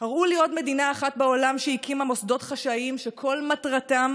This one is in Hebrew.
הראו לי עוד מדינה אחת בעולם שהקימה מוסדות חשאיים שכל מטרתם